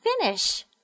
finish